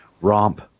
romp